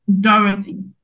Dorothy